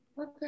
Okay